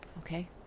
okay